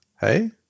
Hey